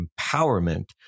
empowerment